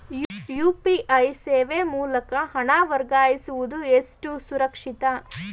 UPI ಸೇವೆ ಮೂಲಕ ಹಣ ವರ್ಗಾಯಿಸುವುದು ಎಷ್ಟು ಸುರಕ್ಷಿತ?